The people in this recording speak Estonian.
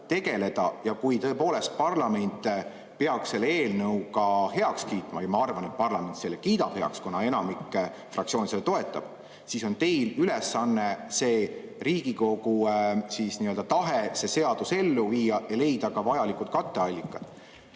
tegeleda. Ja kui tõepoolest parlament peaks selle eelnõu ka heaks kiitma – ja ma arvan, et parlament selle kiidab heaks, kuna enamik fraktsioone seda toetab –, siis on teil ülesanne see Riigikogu tahe, see seadus ellu viia ja leida ka vajalikud katteallikad.